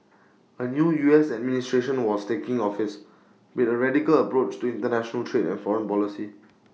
A new U S administration was taking office with A radical approach to International trade and foreign policy